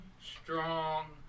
strong